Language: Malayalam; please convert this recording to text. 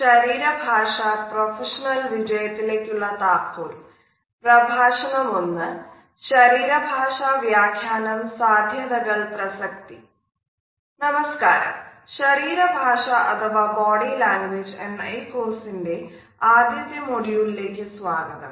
ശരീര ഭാഷ അഥവാ ബോഡി ലാംഗ്വേജ് എന്ന ഈ കോഴ്സിന്റെ ആദ്യത്തെ മോഡ്യൂളിലേക്ക് സ്വാഗതം